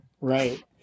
Right